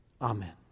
Amen